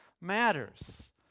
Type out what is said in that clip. matters